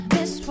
Miss